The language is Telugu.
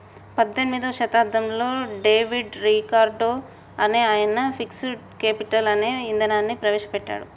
పద్దెనిమిదో శతాబ్దంలో డేవిడ్ రికార్డో అనే ఆయన ఫిక్స్డ్ కేపిటల్ అనే ఇదానాన్ని ప్రవేశ పెట్టాడు